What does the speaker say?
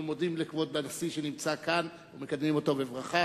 אנחנו מודים לכבוד הנשיא שנמצא כאן ומקדמים אותו בברכה.